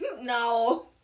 No